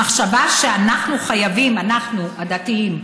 המחשבה שאנחנו חייבים, אנחנו, הדתיים,